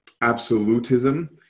absolutism